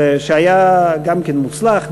שהיה גם כן מוצלח,